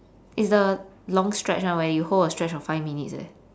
it's the long stretch [one] where you hold a stretch for five minutes leh